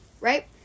right